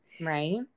Right